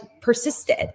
persisted